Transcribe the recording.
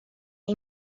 این